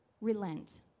relent